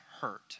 hurt